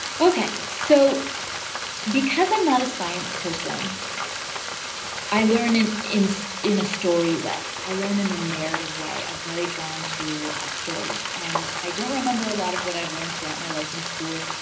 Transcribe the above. okay, so because i'm not a science person i learn in in so a story way, i learn in the narrative way. i'm very drawn to stories and i don't remember a lot of what i've learned throughout my life in school.